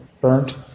burnt